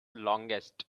longest